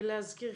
ולהזכירכם,